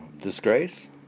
Disgrace